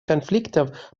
конфликтов